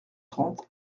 trente